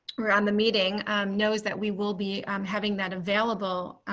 or on the meeting knows that we will be um having that available.